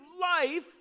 life